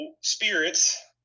spirits